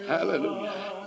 Hallelujah